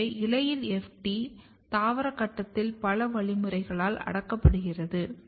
எனவே இலைகளில் FT தாவர கட்டத்தில் பல வழிமுறைகளால் அடக்கப்படுகிறது